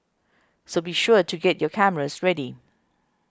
so be sure to get your cameras ready